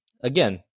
again